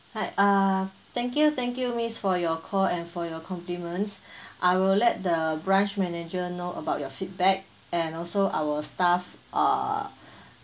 hi uh thank you thank you miss for your call and for your compliments I will let the branch manager know about your feedback and also our staff uh